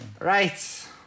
Right